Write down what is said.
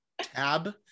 tab